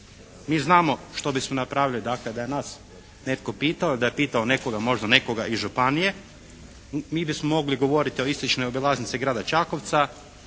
Mi znamo što bismo napravili dakle da je nas netko pitao ili da je pitao možda nekoga iz županije, mi bismo mogli govoriti o istočnoj obilaznici grada Čakovca,